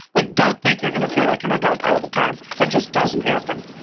look, don't think you're gonna feel like an adult all the time, that just doesn't happen.